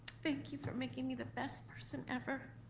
thank you for making me the best person ever.